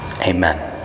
Amen